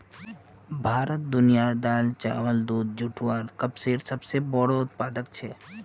भारत दुनियार दाल, चावल, दूध, जुट आर कपसेर सबसे बोड़ो उत्पादक छे